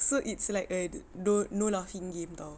so it's like I no no laughing game [tau]